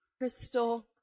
crystal